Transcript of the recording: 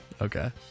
Okay